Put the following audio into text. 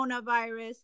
coronavirus